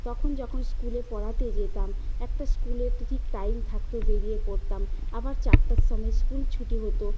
তখন যখন স্কুলে পড়াতে যেতাম একটা স্কুলের ঠিক টাইম থাকত বেরিয়ে পড়তাম আবার চারটের সময় স্কুল ছুটি হতো